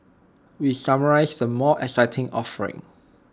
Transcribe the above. we summarise the more exciting offerings